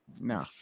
no